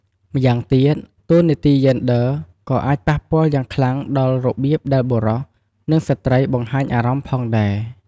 ម្យ៉ាងទៀត តួនាទីយេនឌ័រក៏អាចប៉ះពាល់យ៉ាងខ្លាំងដល់របៀបដែលបុរស និងស្ត្រីបង្ហាញអារម្មណ៍ផងដែរ។